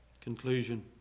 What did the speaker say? Conclusion